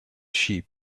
sheep